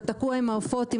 אתה תקוע עם העופות,